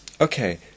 Okay